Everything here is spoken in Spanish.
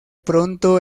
pronto